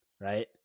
right